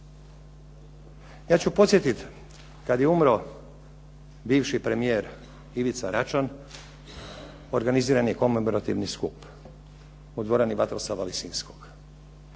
Ja ću podsjetiti kad je umro bivši premijer Ivica Račan organiziran je komemorativni skup u dvorani "Vatroslava Lisinskog".